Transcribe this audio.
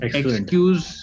excuse